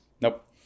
Nope